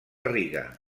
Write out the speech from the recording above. riga